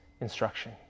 instruction